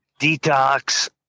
detox